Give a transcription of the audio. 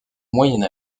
moyen